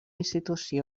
institució